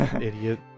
Idiot